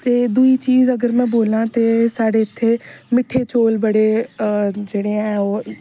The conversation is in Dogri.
ते दूई चीज अगर में बोल्लां ते साढ़े इत्थै मिट्ठे चौल बडे़ जेहडे़ ऐ ओह्